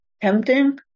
tempting